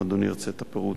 ואם אדוני ירצה את הפירוט,